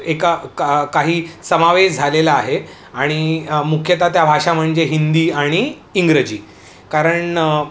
एका का काही समावेश झालेला आहे आणि मुख्यतः त्या भाषा म्हणजे हिंदी आणि इंग्रजी कारण